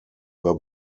were